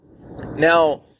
Now